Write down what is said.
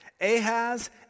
Ahaz